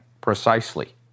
precisely